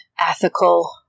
ethical